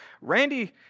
Randy